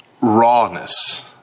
rawness